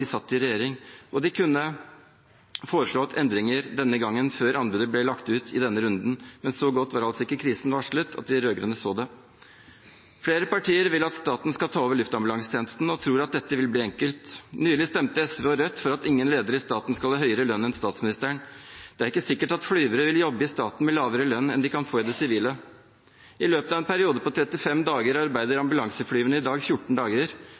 satt i regjering, og de kunne foreslått endringer denne gangen, før anbudet ble lagt ut i denne runden. Men så godt var altså ikke krisen varslet at de rød-grønne så det. Flere partier vil at staten skal ta over luftambulansetjenesten, og tror at dette vil bli enkelt. Nylig stemte SV og Rødt for at ingen ledere i staten skal ha bedre lønn enn statsministeren. Det er ikke sikkert at flyvere vil jobbe i staten med lavere lønn enn de kan få i det sivile. I løpet av en periode på 35 dager arbeider ambulanseflyverne i dag 14 dager.